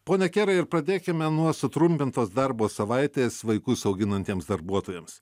pone kierai ir pradėkime nuo sutrumpintos darbo savaitės vaikus auginantiems darbuotojams